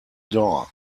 door